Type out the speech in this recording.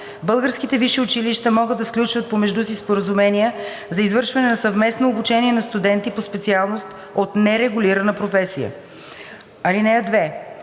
Българските висши училища могат да сключват помежду си споразумения за извършване на съвместно обучение на студенти по специалност от нерегулирана професия. (2)